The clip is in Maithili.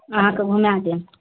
अहाँके घूमाए देब